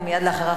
ומייד לאחריו,